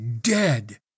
dead